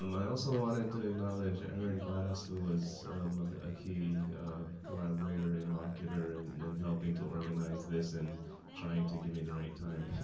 um i also want ah to acknowledge aaron glass, who was also a key collaborator interlocutor in, in helping to organize this and trying to give me the right time,